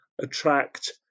attract